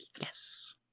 yes